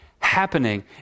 Happening